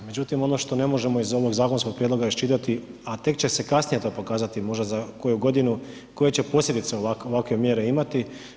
Međutim, ono što ne možemo iz ovog zakonskog prijedloga iščitati, a tek će se kasnije to pokazati, možda za koju godinu koje će posljedice ovakve mjere imati.